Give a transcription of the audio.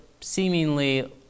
seemingly